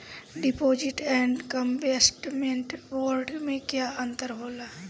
Deposit and investment bond मे का अंतर होला?